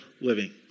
Living